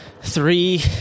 three